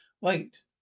Wait